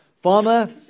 Farmer